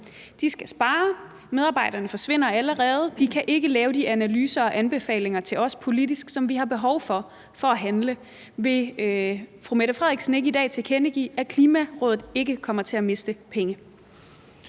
De skal spare. Medarbejderne forsvinder allerede. De kan ikke lave de analyser og anbefalinger til os, som vi har behov for for at handle politisk. Vil fru Mette Frederiksen ikke i dag tilkendegive, at Klimarådet ikke kommer til at miste penge?